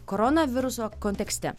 koronaviruso kontekste